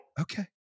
Okay